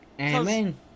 Amen